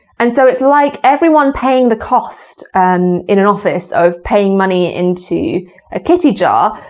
and so it's like everyone paying the cost and in an office of paying money into a kitty jar,